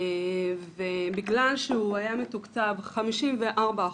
ובגלל שהוא היה מתוקצב 54%,